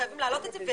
חייבים להעלות את זה,